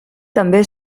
també